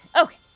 Okay